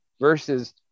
versus